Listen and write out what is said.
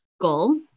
goal